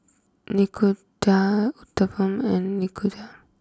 Nikujaga Uthapam and Nikujaga